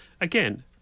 Again